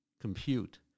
compute